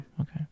Okay